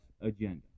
agenda